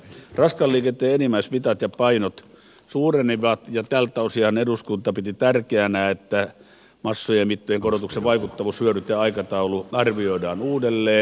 raskaan liikenteen enimmäismitat ja painot suurenivat ja tältä osinhan eduskunta piti tärkeänä että massojen ja mittojen korotuksen vaikuttavuushyödyt ja aikataulu arvioidaan uudelleen